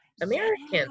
Americans